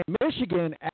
Michigan